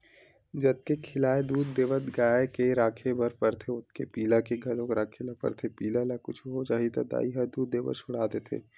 जतके खियाल दूद देवत गाय के राखे बर परथे ओतके पिला के घलोक राखे ल परथे पिला ल कुछु हो जाही त दाई ह दूद देबर छोड़ा देथे